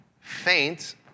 faint